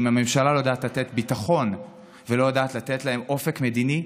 אם הממשלה לא יודעת לתת ביטחון ולא יודעת לתת להם אופק מדיני,